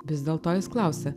vis dėlto jis klausia